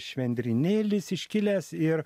švendrynėlis iškilęs ir